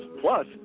Plus